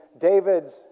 David's